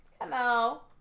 Hello